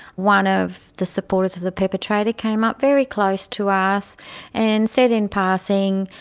one of the supporters of the perpetrator came up very close to us and said in passing,